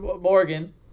Morgan